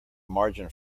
margin